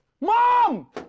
Mom